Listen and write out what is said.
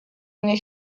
mnie